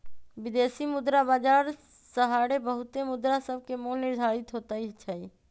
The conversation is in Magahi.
विदेशी मुद्रा बाजार सहारे बहुते मुद्रासभके मोल निर्धारित होतइ छइ